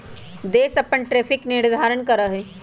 देश अपन टैरिफ के निर्धारण करा हई